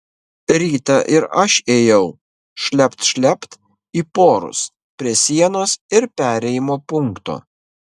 rytą ir aš ėjau šlept šlept į porus prie sienos ir perėjimo punkto